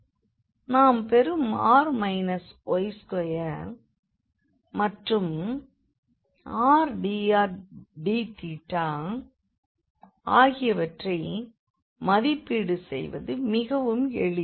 நாம் பெறும் 9 r2 மற்றும் r dr dθஆகியவற்றை மதிப்பீடு செய்வது மிகவும் எளிது